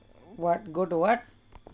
what go to what